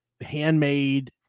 handmade